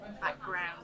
background